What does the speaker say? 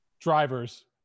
drivers